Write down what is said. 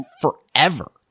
forever